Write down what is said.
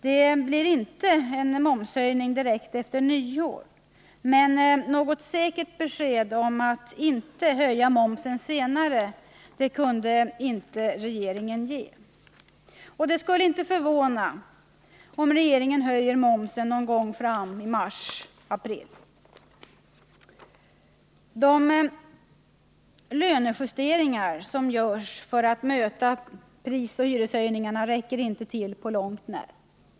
Det blir inte momshöjning direkt efter nyår, men något säkert besked om att momsen inte höjs senare kunde inte regeringen ge. Det skulle inte förvåna om regeringen höjer momsen någon gång fram i mars-april. De lönejusteringar som görs för att möta prisoch hyreshöjningarna räcker inte till på långt när.